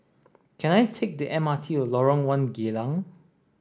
can I take the M R T to Lorong one Geylang